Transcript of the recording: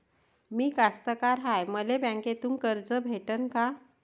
मी कास्तकार हाय, मले बँकेतून कर्ज भेटन का?